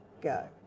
go